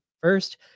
first